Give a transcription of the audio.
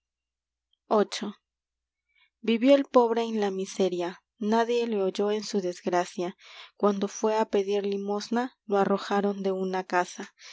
i ivió el pobre en la miseria nadie le oyó en su desgracia cuando fué á lo pedir limosna una casa